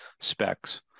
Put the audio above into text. specs